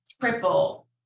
triple